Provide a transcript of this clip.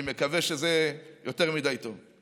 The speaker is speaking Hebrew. אני מקווה שזה יותר מדי טוב.